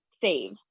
save